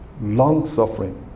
long-suffering